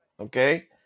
Okay